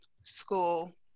school